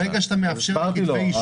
הסברתי לו.